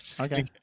Okay